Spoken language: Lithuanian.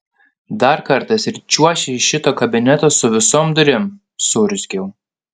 dar kartas ir čiuoši iš šito kabineto su visom durim suurzgiau